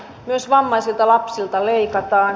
myös vammaisilta lapsilta leikataan